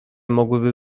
mogłyby